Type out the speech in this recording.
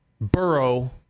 Burrow